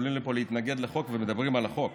שעולים לפה להתנגד לחוק ומדברים על החוק.